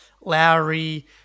Lowry